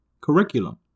Curriculum